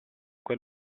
quel